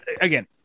again